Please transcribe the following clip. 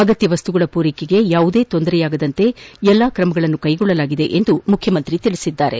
ಅಗತ್ಯ ವಸ್ತುಗಳ ಮೂರೈಕೆಗೆ ಯಾವುದೇ ತೊಂದರೆಯಾಗದಂತೆ ಎಲ್ಲ ತ್ರಮ ಕೈಗೊಳ್ಳಲಾಗಿದೆ ಎಂದು ಮುಖ್ಚಮಂತ್ರಿ ಹೇಳಿದರು